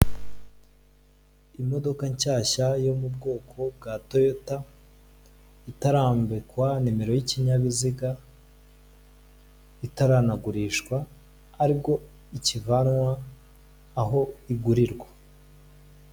Imodoka nshyashya yo mu bwoko bwa toyota itarambikwa nimero y'ikinyabiziga, itaranagurishwa aribwo ikivanwa aho igurirwa.